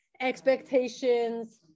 expectations